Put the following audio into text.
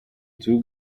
two